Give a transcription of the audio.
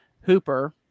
Hooper